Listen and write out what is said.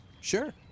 Sure